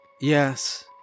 Yes